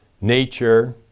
nature